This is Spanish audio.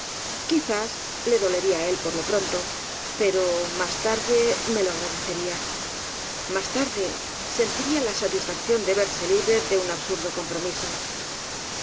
quizás le dolería á él por lo pronto pero más tarde me lo agradecería más tarde sentiría la satisfacción de verse libre de un absurdo compromiso